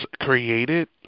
created